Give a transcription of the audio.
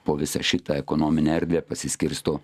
po visą šitą ekonominę erdvę pasiskirsto